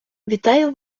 вітаю